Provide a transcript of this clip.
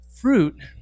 fruit